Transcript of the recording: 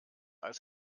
als